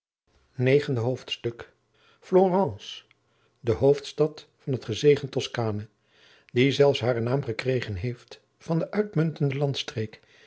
negende hoofdstuk florence de hoofdstad van het gezegend toscanen die zelfs haren naam gekregen heeft van de uitmuntende landftreek